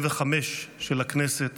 של הכנסת